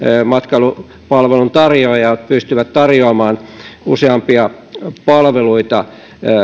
matkailupalvelun tarjoajat pystyvät tarjoamaan useampia palveluita